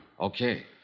Okay